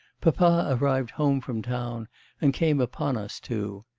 papa arrived home from town and came upon us two.